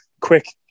quick